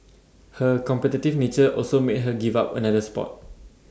her competitive nature also made her give up another Sport